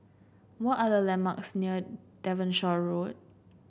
what are the landmarks near Devonshire Road